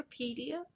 Wikipedia